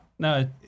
No